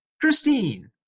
Christine